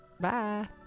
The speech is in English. bye